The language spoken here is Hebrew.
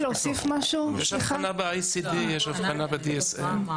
יש אבחנה ב-ICD וב-DSM.